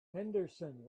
henderson